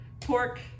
pork